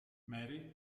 mary